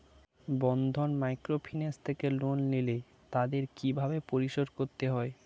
বন্ধন microfinance থেকে loan নিলে তাদের কিভাবে পরিশোধ করতে হয়?